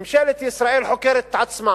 ממשלת ישראל חוקרת את עצמה.